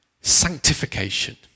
Sanctification